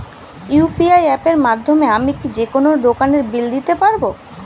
UPI অ্যাপের মাধ্যমে আমি কি যেকোনো দোকানের বিল দিতে পারবো?